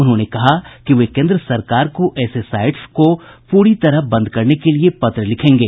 उन्होंने कहा कि वे केन्द्र सरकार को ऐसे साईट्स को पूरी तरह बंद करने के लिए पत्र लिखेंगे